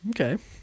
Okay